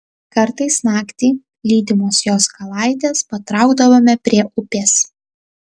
kartais naktį lydimos jos kalaitės patraukdavome prie upės